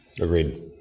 Agreed